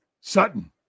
Sutton